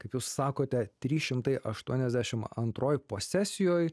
kaip jūs sakote trys šimtai aštuoniasdešim antroj posesijoj